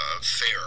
fair